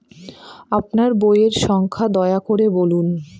আপনার বইয়ের সংখ্যা দয়া করে বলুন?